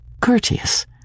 courteous